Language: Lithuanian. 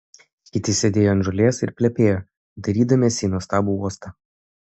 kiti sėdėjo ant žolės ir plepėjo dairydamiesi į nuostabų uostą